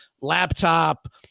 Laptop